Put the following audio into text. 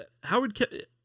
Howard